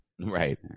Right